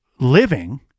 living